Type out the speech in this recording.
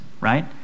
Right